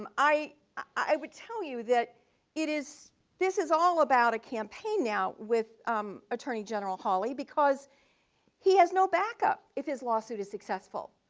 um i i would tell you that it is this is all about a campaign now with attorney general hawley because he has no backup if his lawsuit is successful.